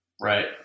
Right